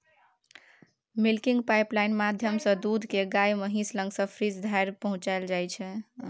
milking pipeline माध्यमसँ दुध केँ गाए महीस लग सँ फ्रीज धरि पहुँचाएल जाइ छै